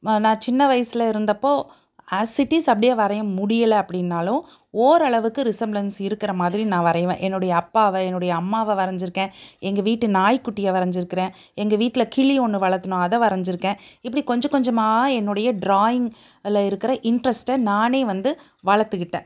நான் சின்ன வயசுல இருந்தப்போ ஆஸ் இட் இஸ் அப்படியே வரைய முடியலை அப்படின்னாலும் ஓரளவுக்கு ரிஸம்பிளன்ஸ் இருக்கிற மாதிரி நான் வரைவேன் என்னுடைய அப்பாவை என்னுடைய அம்மாவை வரைஞ்சிருக்கேன் எங்கள் வீட்டு நாய்குட்டியை வரைஞ்சிருக்கறேன் எங்கள் வீட்டில் கிளி ஒன்று வளத்துனோம் அதை வரைஞ்சிருக்கேன் இப்படி கொஞ்சம் கொஞ்சமாக என்னுடைய டிராயிங் அதில் இருக்கிற இன்ட்ரெஸ்ட்டை நானே வந்து வளர்த்துக்கிட்டேன்